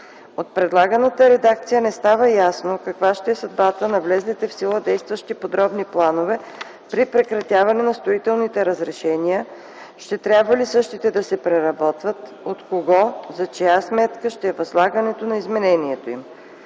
От предлаганата редакция не става ясно каква ще е съдбата на влезлите в сила действащи подробни планове при прекратяване на строителните разрешения, ще трябва ли същите да се преработват, от кого и за чия сметка ще е възлагането на изменението им.